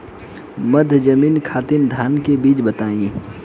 मध्य जमीन खातिर धान के बीज बताई?